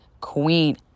queen